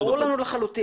ברור לנו לחלוטין.